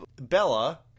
Bella